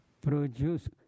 produce